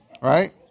right